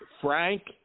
Frank